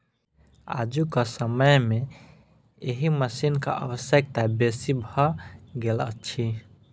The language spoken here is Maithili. आजुक समय मे एहि मशीनक आवश्यकता बेसी भ गेल अछि